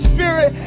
Spirit